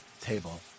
table